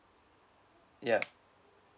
yup